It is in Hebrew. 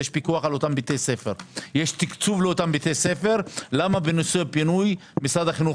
יש פיקוח על אותם בתי ספר ותקצוב להם - למה בנושא הבינוי משרד החינוך